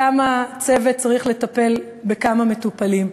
כמה צוות צריך לטפל בכמה מטופלים.